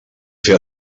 fer